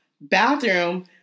bathroom